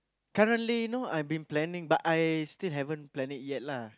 currently you know I been planning but I still haven't plan it yet lah